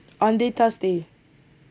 on the thursday